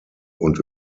und